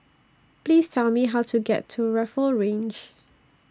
Please Tell Me How to get to Rifle Range